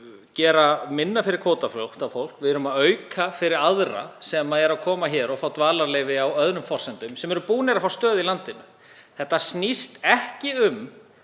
gera minna fyrir kvótaflóttafólk, við erum að auka þjónustu fyrir aðra sem koma hingað og fá dvalarleyfi á öðrum forsendum, sem eru búnir að fá stöðu í landinu. Þetta snýst ekki um